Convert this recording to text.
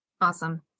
Awesome